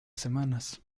semanas